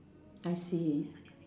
I see